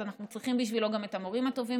אנחנו צריכים בשבילו גם את המורים הטובים